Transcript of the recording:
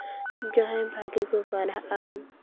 ᱡᱟᱦᱟᱸᱭ ᱵᱷᱟᱹᱜᱤ ᱠᱚ ᱯᱟᱲᱦᱟᱜᱼᱟ